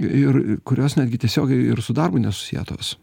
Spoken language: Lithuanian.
ir kurios netgi tiesiogiai ir su darbu nesusietos